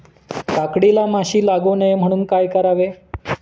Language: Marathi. काकडीला माशी लागू नये म्हणून काय करावे?